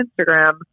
Instagram